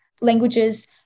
languages